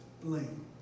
blame